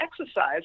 exercise